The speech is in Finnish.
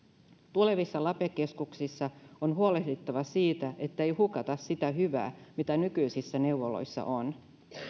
tulevissa lape keskuksissa on huolehdittava siitä että ei hukata sitä hyvää mitä nykyisissä neuvoloissa on